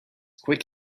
quick